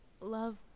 love